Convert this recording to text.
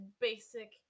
basic